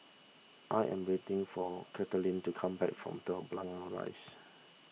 I am waiting for Caitlin to come back from Telok Blangah Rise